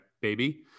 baby